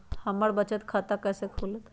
हमर बचत खाता कैसे खुलत?